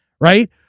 right